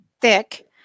thick